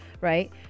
right